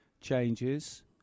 changes